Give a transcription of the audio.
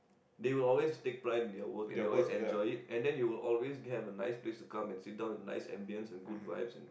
they will always take pride in their work and they will always enjoy it and then you will always have a nice place to come and sit down with nice ambience and Good Vibes and